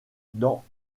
dans